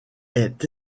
est